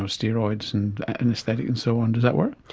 um steroids and anaesthetic and so on. does that work?